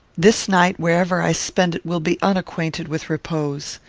this night, wherever i spend it, will be unacquainted with repose.